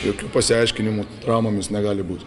jokių pasiaiškinimų dramomis negali būti